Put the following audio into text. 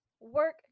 work